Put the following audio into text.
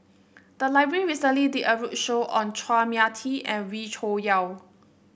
the library recently did a roadshow on Chua Mia Tee and Wee Cho Yaw